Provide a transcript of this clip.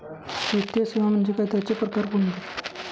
वित्तीय सेवा म्हणजे काय? त्यांचे प्रकार कोणते?